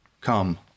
Come